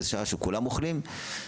בשעה שכולם אוכלים,